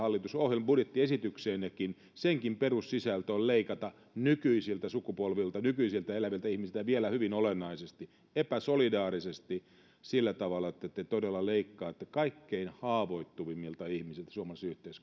teidän hallitusohjelmaanne budjettiesitykseennekin senkin perussisältö on leikata nykyisiltä sukupolvilta nykyisiltä eläviltä ihmisiltä ja vielä hyvin olennaisesti epäsolidaarisesti sillä tavalla että te todella leikkaatte kaikkein haavoittuvimmilta ihmisiltä